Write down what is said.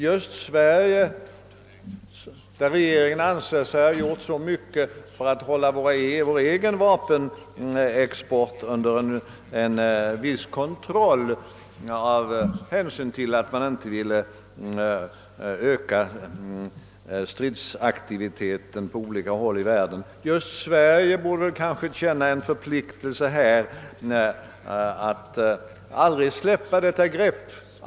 Just vårt land, vars regering anser sig ha gjort så mycket för att hålla vår egen vapenexport under en viss kontroll av hänsyn till att man inte vill öka stridsaktiviteten på olika håll i världen, borde kanske känna en förpliktelse att aldrig släppa detta grepp.